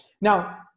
Now